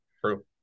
True